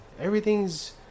Everything's